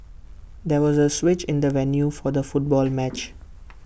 there was A switch in the venue for the football match